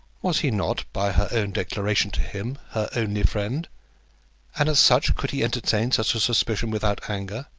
was he not, by her own declaration to him, her only friend and as such could he entertain such a suspicion without anger?